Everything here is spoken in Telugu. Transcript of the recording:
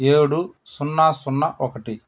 ఏడు సున్నా సున్నా ఒకటి